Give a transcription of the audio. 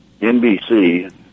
NBC